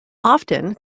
often